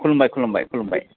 खुलुमबाय खुलुमबाय खुलुमबाय